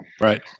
Right